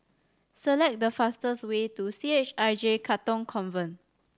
select the fastest way to C H I J Katong Convent